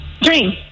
Dream